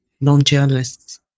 non-journalists